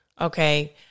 Okay